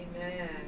Amen